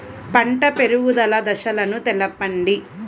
పంట పెరుగుదల దశలను తెలపండి?